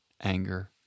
anger